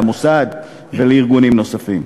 למוסד ולארגונים נוספים.